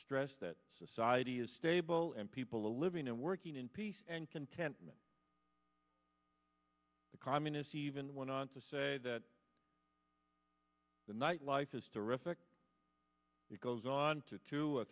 stressed that society is stable and people are living and working in peace and contentment the communists even went on to say that the night life is terrific it goes on to two or